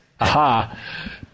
Aha